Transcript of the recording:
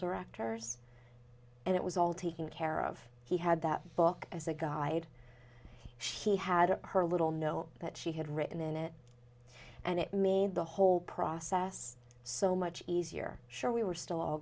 directors and it was all taken care of he had that book as a guide she had her little note that she had written in it and it made the whole process so much easier sure we were still all